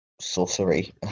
sorcery